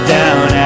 down